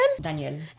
Daniel